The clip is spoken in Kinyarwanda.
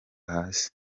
hasi